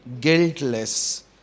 guiltless